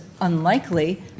unlikely